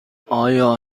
آیا